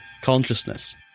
consciousness